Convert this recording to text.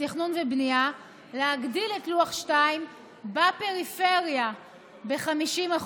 לתכנון ובנייה להגדיל את לוח 2 בפריפריה ב-50%,